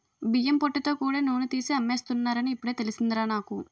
బియ్యం పొట్టుతో కూడా నూనె తీసి అమ్మేస్తున్నారని ఇప్పుడే తెలిసిందిరా నాకు